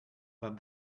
that